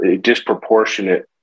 disproportionate